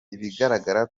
ibigaragara